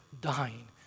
dying